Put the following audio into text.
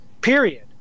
Period